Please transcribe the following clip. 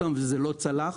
והן לא צלחו.